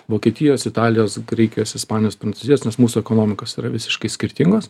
vokietijos italijos graikijos ispanijos prancūzijos nes mūsų ekonomikos yra visiškai skirtingos